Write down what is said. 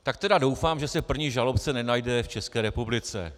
Tak tedy doufám, že se první žalobce nenajde v České republice.